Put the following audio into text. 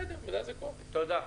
תודה.